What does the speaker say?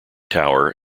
tower